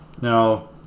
Now